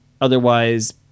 Otherwise